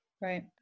Right